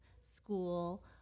school